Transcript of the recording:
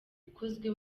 ikozwe